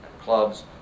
clubs